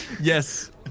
Yes